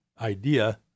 idea